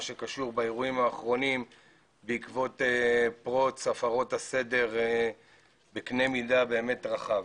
שקשור באירועים האחרונים בעקבות פרוץ הפרות הסדר בקנה מידה באמת רחב.